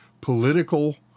political